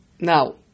now